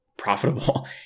profitable